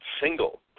single